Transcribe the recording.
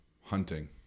hunting